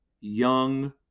young